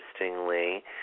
interestingly